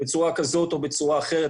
בצורה כזאת או בצורה אחרת.